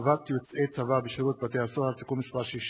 יוצאי צבא בשירות בתי-הסוהר) (תיקון מס' 6),